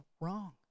wrong